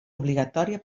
obligatòria